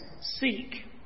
seek